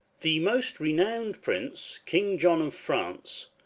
the most renowned prince, king john of france,